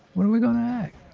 when are we going to act?